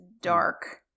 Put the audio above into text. dark